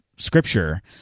scripture